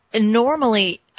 normally